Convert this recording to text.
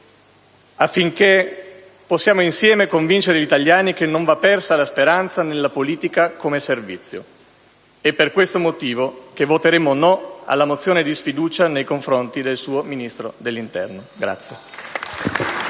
al fine di convincere insieme gli italiani che non va persa la speranza nella politica come servizio. È per questo motivo, che voteremo no alla mozione di sfiducia nei confronti del suo Ministro dell'interno.